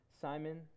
Simon